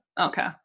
Okay